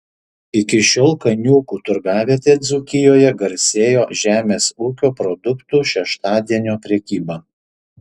iki šiol kaniūkų turgavietė dzūkijoje garsėjo žemės ūkio produktų šeštadienio prekyba